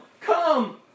come